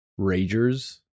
ragers